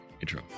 intro